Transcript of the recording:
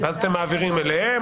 ואז אתם מעבירים אותם אליהם,